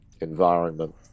environment